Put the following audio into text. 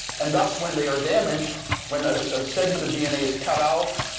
and thus, when they are damaged when a segment of dna is cut out,